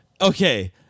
okay